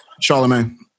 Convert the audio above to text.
Charlemagne